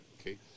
okay